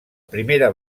primera